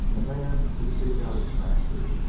a man could seek out its master.